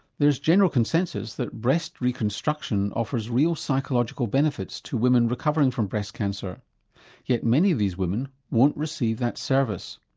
there is general consensus that breast reconstruction offers real psychological benefits to women recovering from breast cancer yet many of these women won't receive that service.